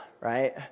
right